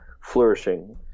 flourishing